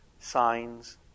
Signs